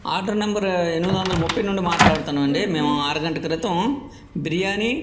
order number ఎనిమిది వందల ముప్పై నుండి మాట్లాడుతున్నామండీ మేము అరగంట క్రితం బిర్యాని